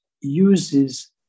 uses